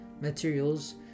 materials